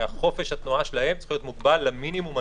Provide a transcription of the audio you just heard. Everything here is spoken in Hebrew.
וחופש התנועה שלהם צריך להיות מוגבל למינימום הנדרש.